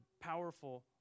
powerful